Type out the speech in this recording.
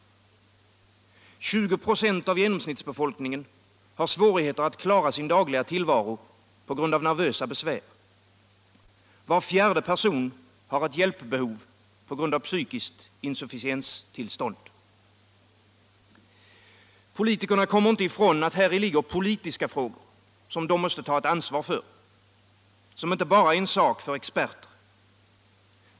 20 96 av genomsnittsbefolkningen har svårigheter att klara sin dagliga tillvaro på grund av nervösa besvär. Var fjärde person har ett hjälpbehov på grund av psykiskt insufficienstillstånd. Politikerna kommer inte ifrån att häri ligger politiska frågor som de måste ta ett ansvar för, som inte bara är en sak för experter.